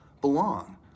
belong